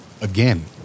again